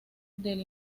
del